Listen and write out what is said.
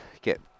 get